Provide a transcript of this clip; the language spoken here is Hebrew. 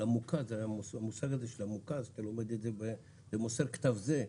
למוכ"ז, המושג הזה של המוכ"ז, מוסר כתב זה,